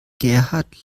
gerhard